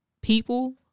people